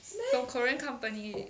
from korean company